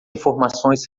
informações